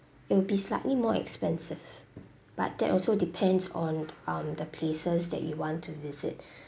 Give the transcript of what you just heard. it would be slightly more expensive but that also depends on um the places that you want to visit